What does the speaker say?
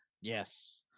Yes